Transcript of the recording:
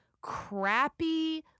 crappy